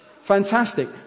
Fantastic